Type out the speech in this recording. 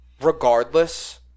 regardless